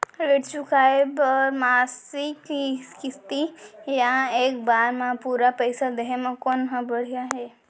ऋण चुकोय बर मासिक किस्ती या एक बार म पूरा पइसा देहे म कोन ह बढ़िया हे?